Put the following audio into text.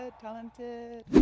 talented